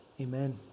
amen